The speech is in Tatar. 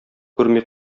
күрми